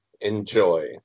Enjoy